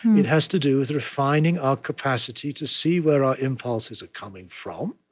it has to do with refining our capacity to see where our impulses are coming from,